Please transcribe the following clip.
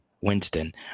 Winston